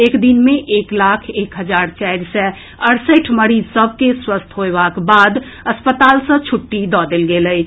एक दिन मे एक लाख एक हजार चारि सय अड़सठि मरीज सभ के स्वस्थ होएबाक बाद अस्पताल सँ छुट्टी दऽ देल गेल अछि